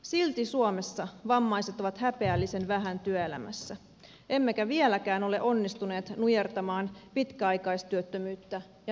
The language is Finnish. silti suomessa vammaiset ovat häpeällisen vähän työelämässä emmekä vieläkään ole onnistuneet nujertamaan pitkäaikaistyöttömyyttä ja nuorisotyöttömyyttä